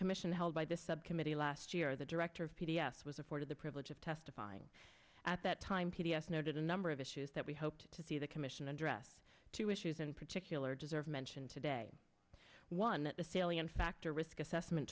commission held by the subcommittee last year the director of p d s was afforded the privilege of testifying at that time p b s noted a number of issues that we hoped to see the commission address two issues in particular deserve mention today one that the salient fact or risk assessment